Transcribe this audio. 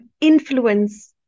influence